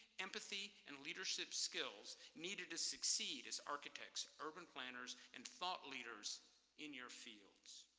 empathy, and leadership skills needed to succeed as architects, urban planners, and thought leaders in your fields.